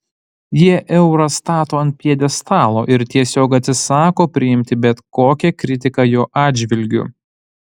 jie eurą stato ant pjedestalo ir tiesiog atsisako priimti bet kokią kritiką jo atžvilgiu